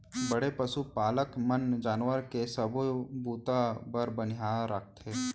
बड़े पसु पालक मन जानवर के सबो बूता बर बनिहार राखथें